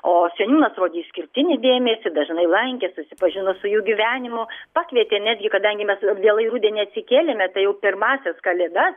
o seniūnas rodė išskirtinį dėmesį dažnai lankė susipažino su jų gyvenimu pakvietė netgi kadangi mes vėlai rudenį atsikėlėme tai jau pirmąsias kalėdas